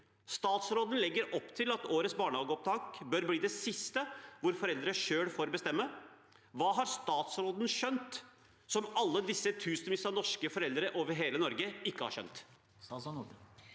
Statsråden legger opp til at årets barnehageopptak bør bli det siste hvor foreldre selv får bestemme. Hva har statsråden skjønt som alle disse tusenvis av norske foreldre over hele Norge ikke har skjønt? Statsråd